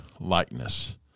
likeness